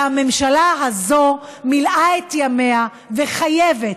והממשלה הזו מילאה את ימיה וחייבת,